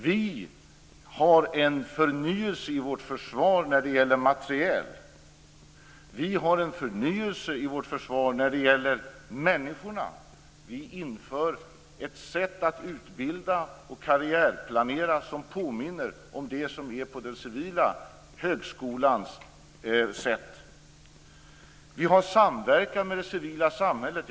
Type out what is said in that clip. Vi har en förnyelse i vårt försvar av materiel och när det gäller människorna. Vi inför ett sätt att utbilda och karriärplanera som påminner om det som finns på den civila sidan, högskolans sätt. Vi har samverkan med det civila samhället.